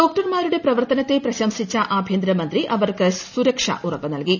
ഡോക്ടർമാരുടെ പ്രവർത്തനത്തെ പ്രശംസിച്ച ആഭ്യന്തരമന്ത്രി അവർക്ക് സുരക്ഷ ഉറപ്പു നൽകി